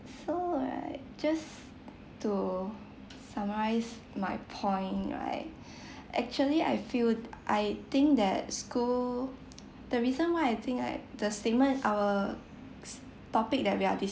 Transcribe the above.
so right just to summarise my point right actually I feel I think that school the reason why I think like the statement in our s~ topic that we are